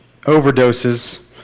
overdoses